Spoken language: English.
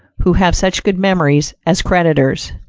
who have such good memories as creditors.